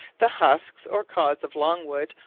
the huskes or cods of logwood,